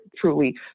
truly